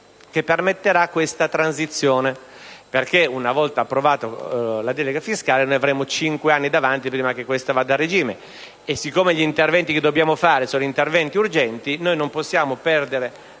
che permetterà questa transizione: una volta approvata la delega fiscale, infatti, avremo cinque anni davanti prima che questa vada a regime e siccome gli interventi che dobbiamo fare sono urgenti non possiamo perdere